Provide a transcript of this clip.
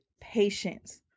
patience